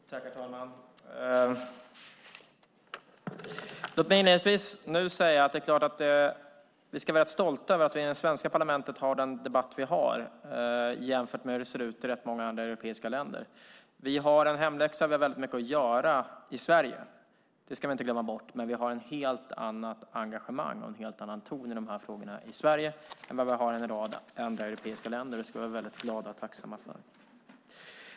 Herr talman! Låt mig inledningsvis säga att vi i det svenska parlamentet ska vara stolta över att vi har den debatt vi har jämfört med många andra europeiska länder. Vi har en hemläxa och väldigt mycket att göra i Sverige. Det ska vi inte glömma bort. Men vi har ett helt annat engagemang och en helt annan ton i dessa frågor i Sverige än vad man har i en rad andra europeiska länder. Det ska vi vara väldigt glada och tacksamma för.